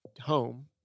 home